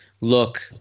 look